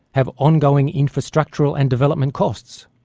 have ongoing infrastructural and development costs.